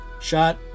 shot